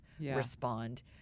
respond